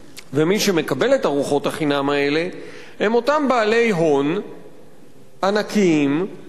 מי שמקבל את ארוחות החינם האלה זה אותם בעלי הון ענקי שממילא,